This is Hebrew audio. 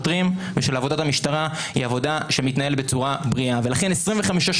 נגד שוטרים, בטח, על אלימות.